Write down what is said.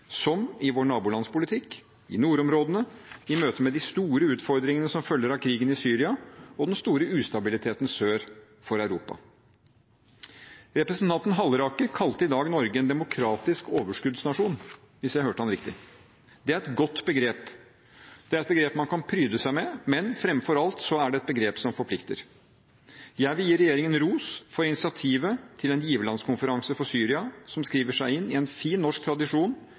som i vår nabolandspolitikk, i nordområdene, i møte med de store utfordringene som følger av krigen i Syria og den store ustabiliteten sør for Europa. Representanten Halleraker kalte i dag Norge en «demokratisk overskuddsnasjon», hvis jeg hørte ham riktig. Det er et godt begrep. Det er et begrep man kan pryde seg med, men fremfor alt er det et begrep som forplikter. Jeg vil gi regjeringen ros for initiativet til en giverlandskonferanse for Syria som skriver seg inn i en fin norsk tradisjon